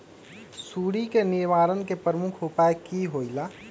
सुडी के निवारण के प्रमुख उपाय कि होइला?